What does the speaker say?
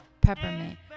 peppermint